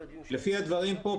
לפי הדברים פה,